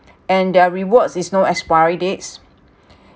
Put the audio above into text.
and their rewards is no expiry dates